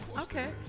Okay